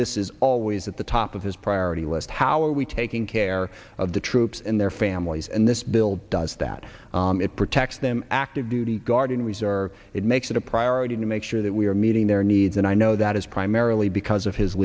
this is always at the top of his priority list how are we taking care of the troops and their families and this bill does that it protects them active duty guard and reserve it makes it a priority to make sure that we are meeting their needs and i know that is primarily because